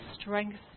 strength